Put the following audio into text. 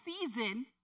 season